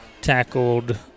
tackled